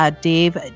Dave